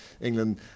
England